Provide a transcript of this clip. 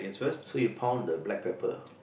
so you pound the black pepper